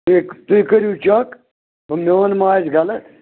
ٹھیٖک تُہۍ کٔرِو چک میٛون ما آسہِ غلط